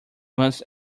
must